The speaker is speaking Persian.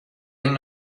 این